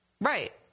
Right